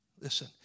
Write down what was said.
Listen